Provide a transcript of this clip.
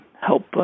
help